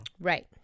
Right